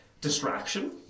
distraction